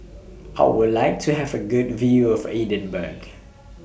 How Would like to Have A Good View of Edinburgh